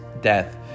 death